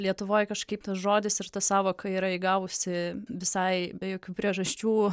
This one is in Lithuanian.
lietuvoj kažkaip tas žodis ir ta sąvoka yra įgavusi visai be jokių priežasčių